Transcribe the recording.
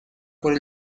por